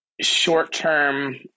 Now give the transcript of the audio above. short-term